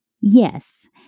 Yes